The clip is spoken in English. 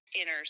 inner